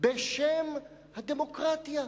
בשם הדמוקרטיה.